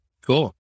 cool